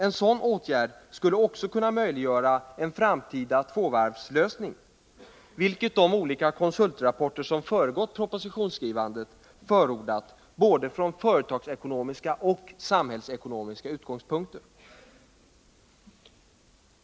En sådan åtgärd skulle också kunna möjliggöra en framtida tvåvarvslösning, vilket de olika konsultrapporter som föregått propositionsskrivandet förordat både från företagsekonomiska och samhällsekonomiska utgångspunkter.